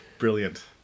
Brilliant